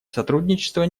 сотрудничество